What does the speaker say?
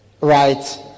right